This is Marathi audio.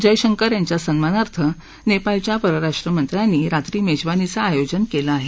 जयशंकर यांच्या सन्मानार्थ नेपाळच्या परराष्ट्र मंत्र्यांनी रात्री मेजवानीचं आयोजन केलं आहे